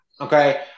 Okay